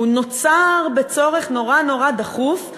הוא נוצר בגלל צורך מאוד דחוף,